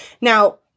Now